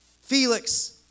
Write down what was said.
Felix